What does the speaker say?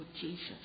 Jesus